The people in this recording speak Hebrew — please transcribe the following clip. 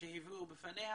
שהביאו בפניה,